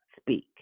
speak